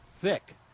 thick